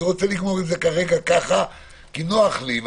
אני רוצה לגמור עם זה כרגע ככה כי נוח לי,